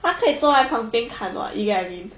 她可以做在旁边看 [what] you get what I mean